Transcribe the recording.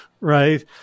Right